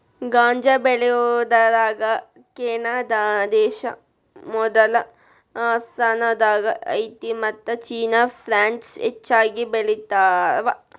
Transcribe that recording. ಗಾಂಜಾ ಬೆಳಿಯುದರಾಗ ಕೆನಡಾದೇಶಾ ಮೊದಲ ಸ್ಥಾನದಾಗ ಐತಿ ಮತ್ತ ಚೇನಾ ಪ್ರಾನ್ಸ್ ಹೆಚಗಿ ಬೆಳಿತಾವ